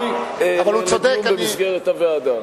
זה דיון ראוי לליבון במסגרת הוועדה.